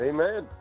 Amen